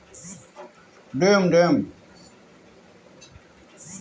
कृषि में जोखिम प्रबंधन में बाढ़ या सुखा से फसल कुल के बचावे के उपाय होला